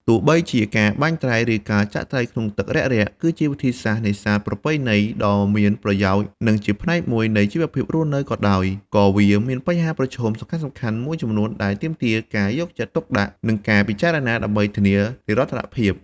ទោះបីជាការបាញ់ត្រី ឬការចាក់ត្រីក្នុងទឹករាក់ៗ គឺជាវិធីសាស្ត្រនេសាទប្រពៃណីដ៏មានប្រយោជន៍ និងជាផ្នែកមួយនៃជីវភាពរស់នៅក៏ដោយ ក៏វាមានបញ្ហាប្រឈមសំខាន់ៗមួយចំនួនដែលទាមទារការយកចិត្តទុកដាក់ និងការពិចារណាដើម្បីធានានិរន្តរភាព។